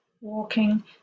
walking